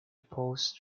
post